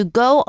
go